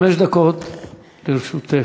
חמש דקות לרשותך.